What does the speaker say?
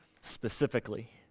specifically